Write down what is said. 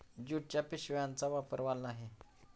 ज्यूटच्या पिशव्यांचा वापर वाढला आहे